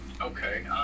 Okay